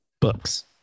books